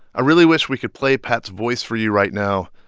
i really wish we could play pat's voice for you right now,